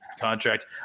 contract